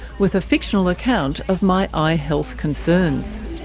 with a fictional account of my eye health concerns.